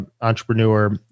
entrepreneur